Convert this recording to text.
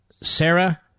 Sarah